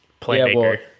playmaker